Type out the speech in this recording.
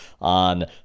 on